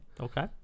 Okay